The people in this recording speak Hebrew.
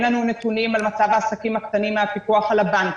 אין לנו נתונים על מצב העסקים הקטנים מהפיקוח על הבנקים,